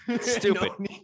stupid